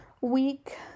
week